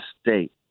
state